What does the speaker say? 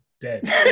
dead